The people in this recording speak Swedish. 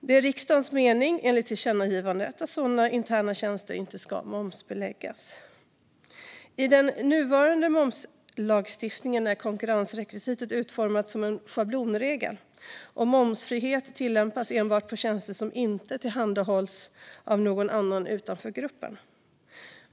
Det är riksdagens mening, enligt tillkännagivandet, att sådana interna tjänster inte ska momsbeläggas. I den nuvarande momslagstiftningen är konkurrensrekvisitet utformat som en schablonregel, och momsfrihet tillämpas enbart på tjänster som inte tillhandahålls av någon annan utanför gruppen.